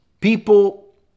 people